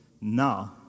now